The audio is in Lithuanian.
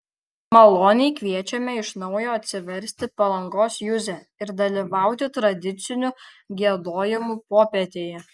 maloniai kviečiame iš naujo atsiversti palangos juzę ir dalyvauti tradicinių giedojimų popietėje